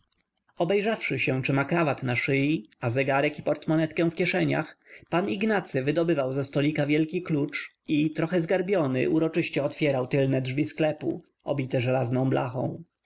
gotów obejrzawszy się czy ma krawat na szyi a zegarek i portmonetkę w kieszeniach pan ignacy wydobywał ze stolika wielki klucz i trochę zgarbiony uroczyście otwierał tylne drzwi sklepu obite żelazną blachą